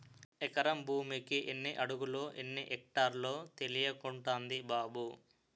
ఎకరం భూమికి ఎన్ని అడుగులో, ఎన్ని ఎక్టార్లో తెలియకుంటంది బాబూ